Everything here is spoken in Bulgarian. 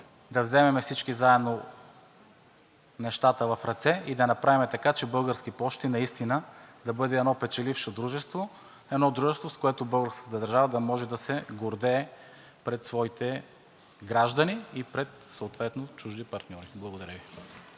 да вземем нещата в ръце и да направим така, че „Български пощи“ наистина да бъде едно печелившо дружество, едно дружество, с което българската държава да може да се гордее пред своите граждани и пред съответните чужди партньори. Благодаря.